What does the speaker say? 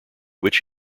which